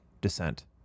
descent